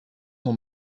son